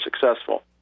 successful